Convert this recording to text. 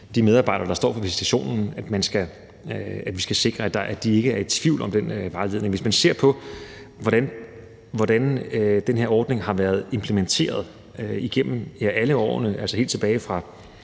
medarbejdere, der står for visitationen, at vi skal sikre, at de ikke er i tvivl om den vejledning. Hvis man ser på, hvordan den her ordning har været implementeret igennem alle årene, altså helt tilbage fra